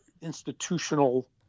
institutional